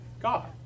God